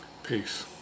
Peace